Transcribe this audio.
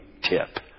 tip